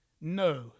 No